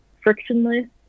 frictionless